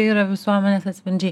tai yra visuomenės atspindžiai